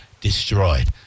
destroyed